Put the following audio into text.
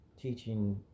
teaching